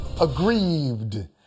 aggrieved